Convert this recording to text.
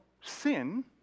sin